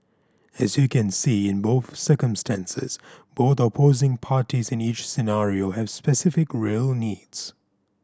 as you can see in both circumstances both opposing parties in each scenario have specific real needs